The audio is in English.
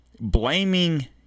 blaming